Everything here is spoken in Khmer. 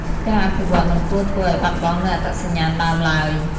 ការអភិវឌ្ឍមិនគួរធ្វើឲ្យបាត់បង់នូវអត្តសញ្ញាណដើមឡើយ។